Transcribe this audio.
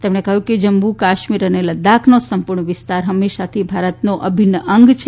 તેમણે કહ્યું કે જમ્મુ કાશ્મીર અને લદ્દાખનો સંપૂર્ણ વિસ્તાર હંમેશાથી ભારતનો અભિન્ન અંગ છે